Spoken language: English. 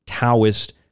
Taoist